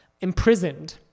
imprisoned